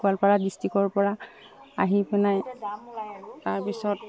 গোৱালপাৰা ডিষ্ট্ৰিকৰ পৰা আহি পিনাই তাৰপিছত